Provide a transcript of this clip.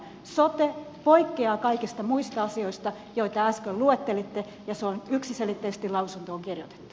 sote poikkeaa kaikista muista asioista joita äsken luettelitte ja se on yksiselitteisesti lausuntoon kirjoitettu